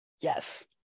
yes